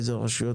אילו רשויות